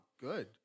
good